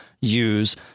use